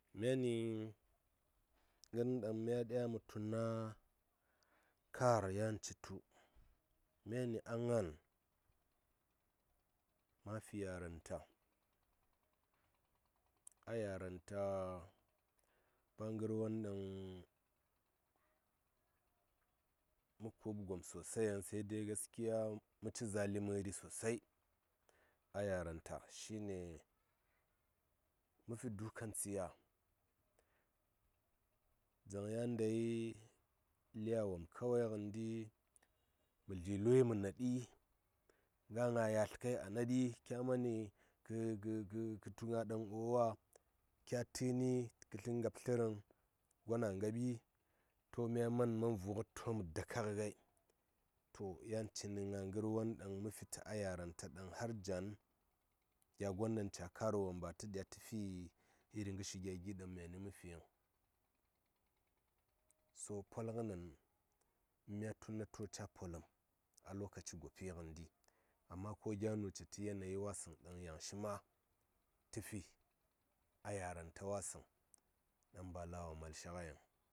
Myani ngən ɗaŋ mya ɗya mə tuna kar yan ci tu a ngaan ma fi yaranta a yaranta ba ngər won daŋ mə kub gom soai sai gaskiya mə ci zali məri sosai a yaranta shi ne mə fi dukan tsiya zaŋ ya ndai lyawom kawai ngəndi mə dli lu mə naɗi a nga ngaa yalt kai a naɗi kə tu nga dan uwa wa kya təni kə sə ngab tlərəŋ gona a ngaɓi mya man ɗam mə vu ngəd to mə daka ngə ngai to yan cini nga ngər won ɗaŋ mə fitə a yaranta daŋ harjan gya gon ɗaŋ cya karwom ba tə ɗya tə fi iri ngəshi gya gi ɗaŋ myani mə fi yiŋ so pol ngə nen mya tuna tocaa poləm a lokaci gopi ngəndi amma ko gya nu citə yanayi wasəŋ ɗaŋ yaŋ shi ma tə fi a yaranta wasəŋ ɗaŋ ba la wo mal shi nga yiŋ.